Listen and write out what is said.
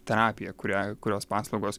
terapija kurią kurios paslaugos